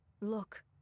Look